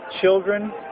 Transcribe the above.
children